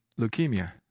leukemia